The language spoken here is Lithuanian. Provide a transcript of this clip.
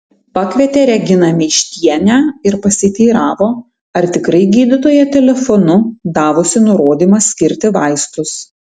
pakvietė reginą meištienę ir pasiteiravo ar tikrai gydytoja telefonu davusi nurodymą skirti vaistus